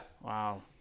Wow